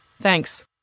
Thanks